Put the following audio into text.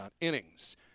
innings